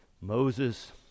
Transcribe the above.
Moses